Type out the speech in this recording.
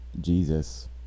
Jesus